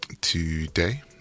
today